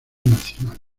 nacional